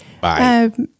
Bye